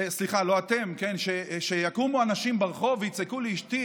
סליחה, לא אתם, שיקומו אנשים ברחוב ויצעקו לאשתי